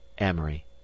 amory